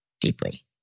deeply